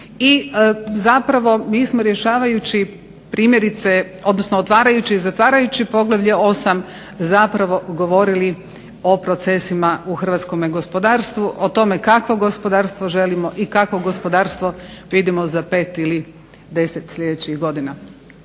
i zapravo mi smo rješavajući, odnosno zatvarajući i otvarajući poglavlje 8. zapravo govorili o procesima u hrvatskome gospodarstvu, o tome kakvo gospodarstvo želimo i kakvo gospodarstvo vidimo za 5 ili 10 sljedećih godina.